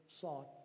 sought